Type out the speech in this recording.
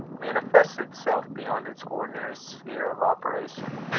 manifests itself beyond its ordinary sphere of operation,